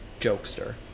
jokester